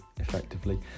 effectively